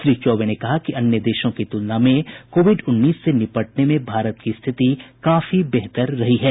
श्री चौबे ने कहा कि अन्य देशों की तुलना में कोविड उन्नीस से निपटने में भारत की स्थिति काफी बेहतर रही है